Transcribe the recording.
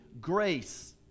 grace